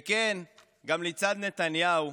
וכן, גם לצד נתניהו,